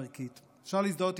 אפשר להזדהות עם התפיסה שלו,